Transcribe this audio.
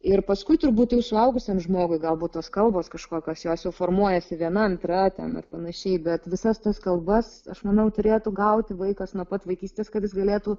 ir paskui turbūt jau suaugusiam žmogui galbūt tos kalbos kažkokios jos jau formuojasi viena antra ten ir panašiai bet visas tas kalbas aš manau turėtų gauti vaikas nuo pat vaikystės kad jis galėtų